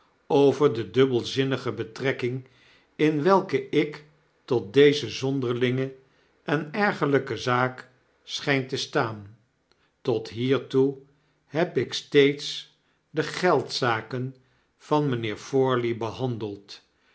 over de dubbelzinnige betrekking in welke ik tot deze zonderlinge en ergerlpe zaak schijn te staan tot hiertoe heb ik steeds de geldz'aken van mijnheer forley behandeld